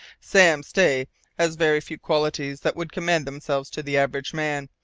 sam stay has very few qualities that would commend themselves to the average man,